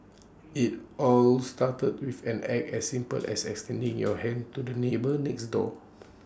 IT all started with an act as simple as extending your hand to the neighbour next door